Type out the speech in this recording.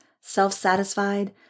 self-satisfied